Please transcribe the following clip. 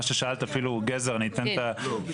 ששאלת אפילו גזר אני אתן את הדוגמה,